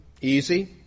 easy